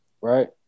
Right